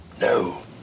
no